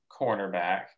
cornerback